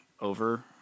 over